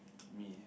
me